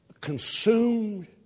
consumed